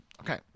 okay